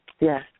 Yes